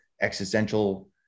existential